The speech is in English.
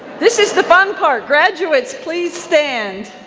this is the fun part, graduates, please stand.